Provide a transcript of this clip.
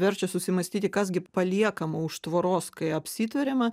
verčia susimąstyti kas gi paliekama už tvoros kai apsitveriama